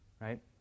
right